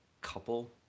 couple